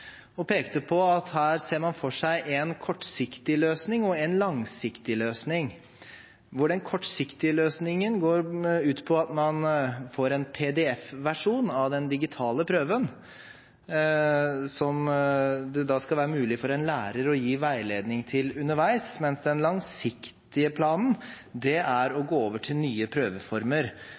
og pekte på at her ser man for seg én kortsiktig løsning og én langsiktig løsning. Den kortsiktige løsningen går ut på at man får en PDF-versjon av den digitale prøven som det skal være mulig for en lærer å gi veiledning til underveis, mens den langsiktige planen er å gå over til nye prøveformer